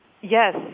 Yes